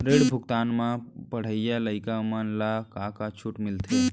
ऋण भुगतान म पढ़इया लइका मन ला का का छूट मिलथे?